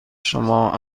شما